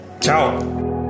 ciao